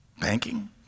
Banking